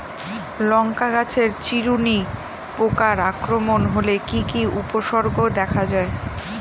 লঙ্কা গাছের চিরুনি পোকার আক্রমণ হলে কি কি উপসর্গ দেখা যায়?